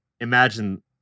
imagine